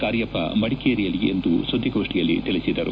ಕಾರ್ಯಪ್ಪ ಮಡಿಕೇರಿಯಲ್ಲಿಂದು ಸುದ್ದಿಗೋಷ್ಠಿಯಲ್ಲಿ ತಿಳಿಸಿದರು